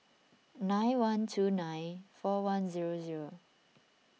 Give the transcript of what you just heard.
nine one two nine four one zero zero